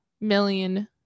million